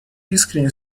искренне